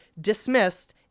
dismissed